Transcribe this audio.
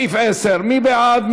לסעיף 10. מי בעד?